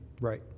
right